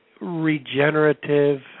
regenerative